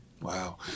Wow